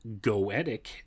goetic